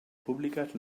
públiques